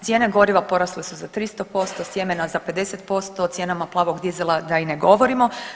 Cijene goriva porasle su za 300%, sjemena za 50% o cijenama plavog dizela da i ne govorimo.